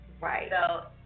Right